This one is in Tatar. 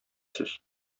сүз